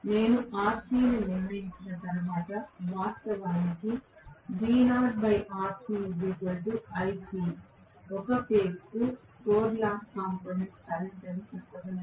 నేను Rc ని నిర్ణయించిన తర్వాత వాస్తవానికి ఇది ఒక ఫేజ్ కు కోర్ లాస్ కాంపోనెంట్ కరెంట్ అని చెప్పగలను